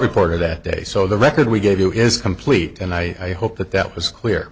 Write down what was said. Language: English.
reporter that day so the record we gave you is complete and i hope that that was clear